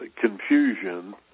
confusion